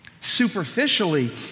Superficially